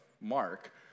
Mark